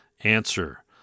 Answer